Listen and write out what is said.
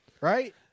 right